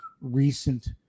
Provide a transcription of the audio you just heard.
recent